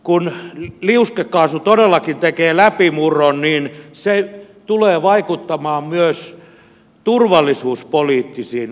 kun liuskekaasu todellakin tekee läpimurron niin se tulee vaikuttamaan myös turvallisuuspoliittisiin asetelmiin